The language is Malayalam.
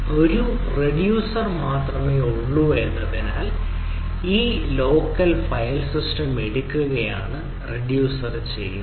ഒരു റിഡ്യൂസർ മാത്രമേ ഉള്ളൂ എന്നതിനാൽ ഈ ലോക്കൽ ഫയൽ സിസ്റ്റം എടുക്കുകയാണ് റിഡ്യൂസർ ചെയ്യുന്നത്